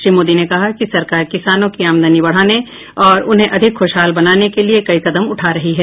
श्री मोदी ने कहा कि सरकार किसानों की आमदनी बढाने और उन्हें अधिक खुशहाल बनाने के लिए कई कदम उठा रही है